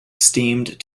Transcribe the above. steamed